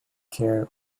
care